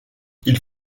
ils